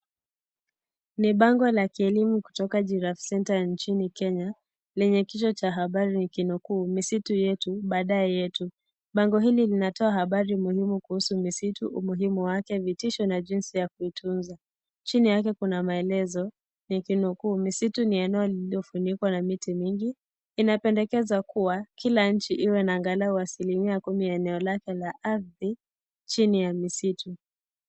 Ni bango la kielimu kutoka Giraffe centre nchini Kenya lenye kichwa cha habari nikinukuu misitu yetu baadae yetu. Bango hili linatoa habari muhimu kuhusu misitu , umuhimu wake vitisho na jinsi ya kuitunza. Chini yake kuna maelezo, nikinukuu misitu ni eneo lililofunikwa na miti mingi, ina pendekezwa kuwa kila nchi iwe na angalau asilimia kumi ya eneo lake la ardi chini ya misitu.